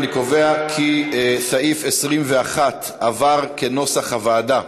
אני קובע כי סעיף 21 התקבל כנוסח הוועדה.